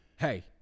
hey